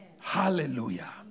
Hallelujah